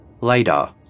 Later